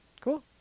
Cool